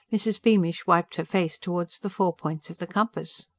mrs. beamish wiped her face towards the four points of the compass.